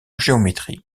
géométrie